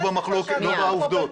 לא בעובדות.